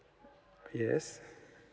yes